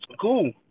Cool